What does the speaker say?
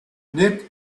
nick